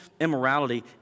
immorality